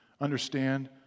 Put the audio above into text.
understand